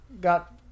got